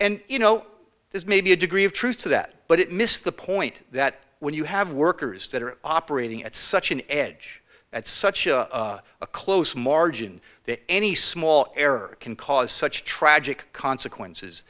and you know there's maybe a degree of truth to that but it misses the point that when you have workers that are operating at such an edge at such a close margin that any small error can cause such tragic consequences